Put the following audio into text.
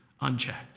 unchecked